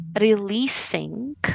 releasing